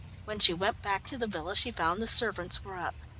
when she went back to the villa she found the servants were up.